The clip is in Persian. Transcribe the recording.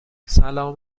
سلام